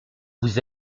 vous